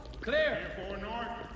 clear